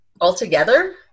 Altogether